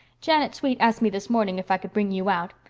janet sweet asked me this morning if i could bring you out.